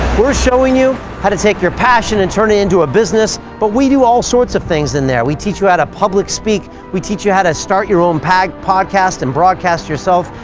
we're showing you how to take your passion and turn it into business. but we do all sorts of things in there, we teach you how to public speak, we teach you how to start your own podcast and broadcast yourself,